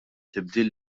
tibdil